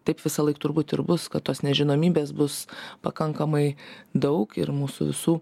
taip visąlaik turbūt ir bus kad tos nežinomybės bus pakankamai daug ir mūsų visų